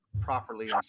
properly